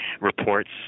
reports